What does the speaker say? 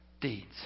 deeds